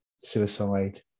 suicide